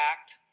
Act